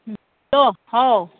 um hello how